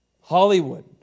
Hollywood